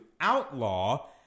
outlaw